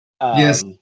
Yes